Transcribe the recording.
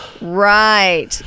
Right